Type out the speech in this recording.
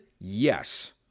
Yes